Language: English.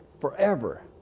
Forever